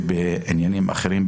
שבעניינים אחרים,